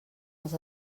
els